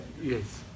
Yes